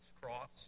cross